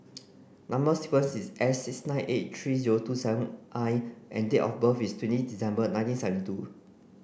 number sequence is S six nine eight three zero two seven I and date of birth is twenty December nineteen seventy two